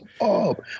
up